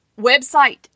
website